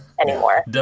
anymore